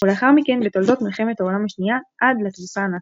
ולאחר מכן בתולדות מלחמת העולם השנייה עד לתבוסה הנאצית.